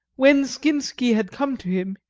when skinsky had come to him,